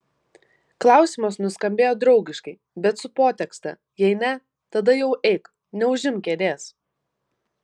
klausimas nuskambėjo draugiškai bet su potekste jei ne tada jau eik neužimk kėdės